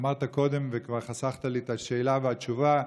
אמרת קודם וכבר חסכת לי את השאלה והתשובה.